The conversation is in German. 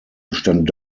bestand